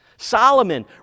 Solomon